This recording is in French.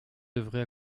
devrait